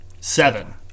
seven